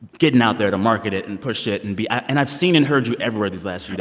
getting out there to market it and push it and be and i've seen and heard you everywhere these last few